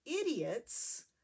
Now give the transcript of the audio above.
idiots